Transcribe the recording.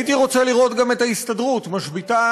הייתי רוצה לראות גם את ההסתדרות משביתה